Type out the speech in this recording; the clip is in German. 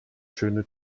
schöne